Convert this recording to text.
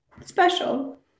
special